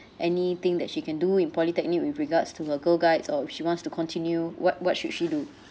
anything that she can do in polytechnic with regards to her girl guides or if she wants to continue what what should she do